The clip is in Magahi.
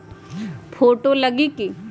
फोटो लगी कि?